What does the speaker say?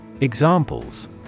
Examples